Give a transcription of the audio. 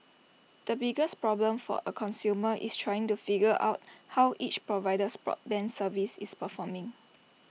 the biggest problem for A consumer is trying to figure out how each provider's broadband service is performing